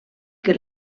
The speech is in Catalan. que